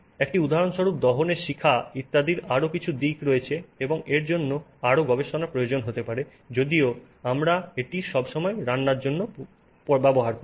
একটি উদাহরণস্বরূপ দহনের শিখা ইত্যাদি আরও কিছু দিক রয়েছে এবং এর জন্য আরও গবেষণার প্রয়োজন হতে পারে যদিও আমরা এটি সবসময় রান্নার জন্য ব্যবহার করি